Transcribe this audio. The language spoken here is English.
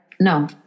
No